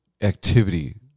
activity